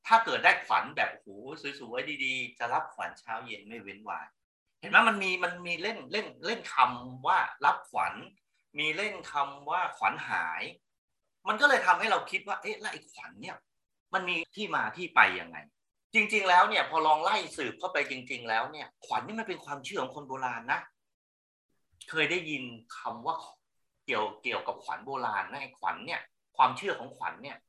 ถ้าเกิดได้ขวัญแบบโอ้โหสวยๆดีๆจะรับขวัญเช้าเย็นไม่เว้นวัน เห็นไหม? มันมี- มันมีเล่น- เล่น- เล่น- เล่นคำว่ารับขวัญ มีเล่นคำว่าขวัญหาย มันก็เลยทำให้เราคิดว่าเอ๊ะแล้วไอ้ขวัญเนี่ยมันมีที่มาที่ไปยังไง? จริงๆแล้วเนี่ยพอลองไล่สืบเข้าไปจริงๆแล้วเนี่ยขวัญนี่มันเป็นความเชื่อของคนโบราณนะ เคยได้ยินคำว่าเกี่ยวกับขวัญโบราณไหม? ขวัญเนี่ยความเชื่อของขวัญเนี่ย